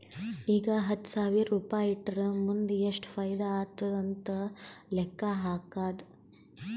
ಈಗ ಹತ್ತ್ ಸಾವಿರ್ ರುಪಾಯಿ ಇಟ್ಟುರ್ ಮುಂದ್ ಎಷ್ಟ ಫೈದಾ ಆತ್ತುದ್ ಅಂತ್ ಲೆಕ್ಕಾ ಹಾಕ್ಕಾದ್